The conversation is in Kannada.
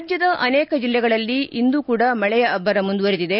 ರಾಜ್ಞದ ಅನೇಕ ಜಿಲ್ಲೆಗಳಲ್ಲಿ ಇಂದು ಕೂಡ ಮಳೆ ಅಭ್ಲರ ಮುಂದುವರೆದಿದೆ